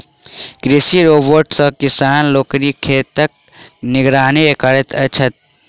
कृषि रोबोट सॅ किसान लोकनि खेतक निगरानी करैत छथि